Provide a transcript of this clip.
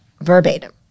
verbatim